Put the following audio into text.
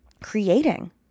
creating